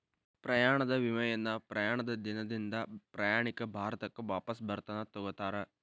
ಪ್ರಯಾಣದ ವಿಮೆಯನ್ನ ಪ್ರಯಾಣದ ದಿನದಿಂದ ಪ್ರಯಾಣಿಕ ಭಾರತಕ್ಕ ವಾಪಸ್ ಬರತನ ತೊಗೋತಾರ